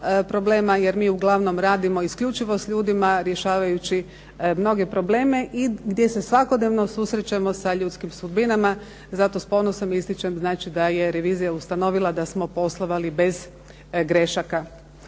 Jer mi uglavnom radimo isključivo sa ljudima rješavajući mnoge probleme i gdje se svakodnevno susrećemo sa ljudskim sudbinama. Zato s ponosom ističem znači da je revizija ustanovila da smo poslovali bez grešaka.